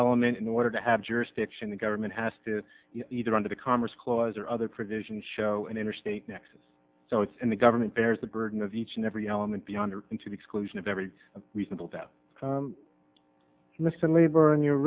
element in order to have jurisdiction the government has to either under the commerce clause or other provisions show an interstate nexus so it's in the government bears the burden of each and every element beyond and to the exclusion of every reasonable doubt mr labor in your